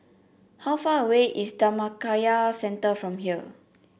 how far away is Dhammakaya Centre from here